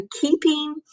keeping